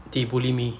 they bully me